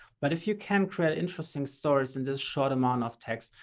but if you can create interesting stories in this short amount of text,